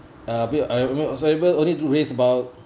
uh a bit I mean I was able to only raise about